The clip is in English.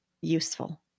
useful